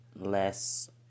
less